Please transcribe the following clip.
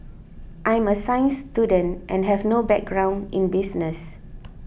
I'm a science student and have no background in business